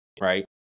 right